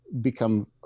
become